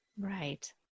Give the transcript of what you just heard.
Right